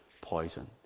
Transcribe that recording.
poison